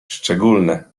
szczególne